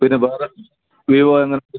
പിന്നെ വേറെ വിവോ അങ്ങനത്തെ